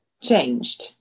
changed